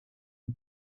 the